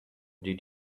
did